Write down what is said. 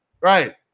Right